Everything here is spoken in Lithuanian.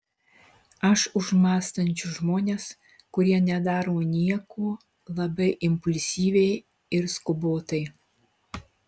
aš už mąstančius žmones kurie nedaro nieko labai impulsyviai ir skubotai